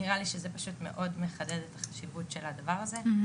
נראה לי שזה פשוט מאוד מחדד את החשיבות של הדבר הזה.